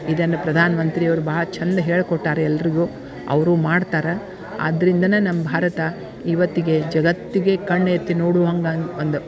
ಇದನ್ನು ಪ್ರಧಾನ್ ಮಂತ್ರಿ ಅವರು ಭಾಳ ಚಂದ ಹೇಳಿಕೊಟ್ಟಾರೆ ಎಲ್ಲರಿಗೂ ಅವರೂ ಮಾಡ್ತಾರೆ ಆದ್ರಿಂದಲೇ ನಮ್ಮ ಭಾರತ ಇವತ್ತಿಗೆ ಜಗತ್ತಿಗೆ ಕಣ್ಣು ಎತ್ತಿ ನೋಡುವಂಗೆ ಹಂಗ್ ಒಂದು